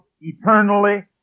eternally